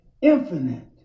infinite